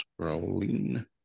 Scrolling